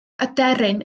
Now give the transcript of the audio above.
aderyn